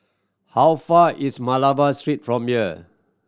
how far is Malabar Street from here